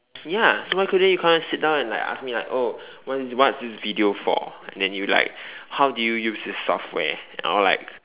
ya so why couldn't you come and sit down and like ask me like oh what is what's this video for and then you like how do you use this software or like